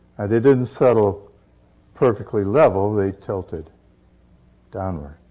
and they didn't settle perfectly level. they tilted downward.